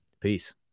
Peace